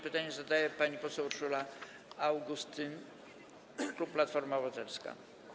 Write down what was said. Pytanie zadaje pani poseł Urszula Augustyn, klub Platforma Obywatelska.